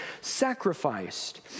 sacrificed